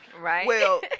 right